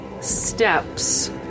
steps